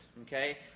okay